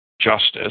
justice